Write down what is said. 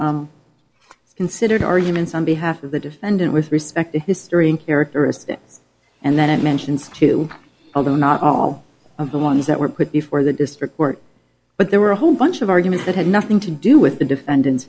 says considered arguments on behalf of the defendant with respect to history and characteristics and then it mentions two although not all of the ones that were put before the district were but there were a whole bunch of arguments that had nothing to do with the defendant's